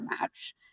match